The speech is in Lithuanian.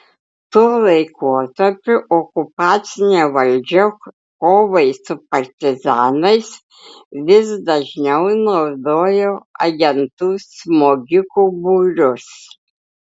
tuo laikotarpiu okupacinė valdžia kovai su partizanais vis dažniau naudojo agentų smogikų būrius